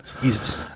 Jesus